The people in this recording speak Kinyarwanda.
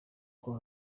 kwa